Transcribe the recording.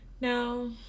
No